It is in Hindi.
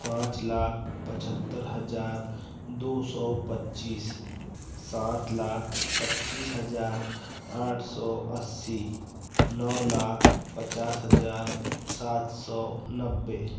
पाँच लाख पछत्तर हजार दो सौ पच्चीस सात लाख पच्चीस हजार आठ सौ अस्सी नौ लाख पचास हज़ार सात सौ नब्बे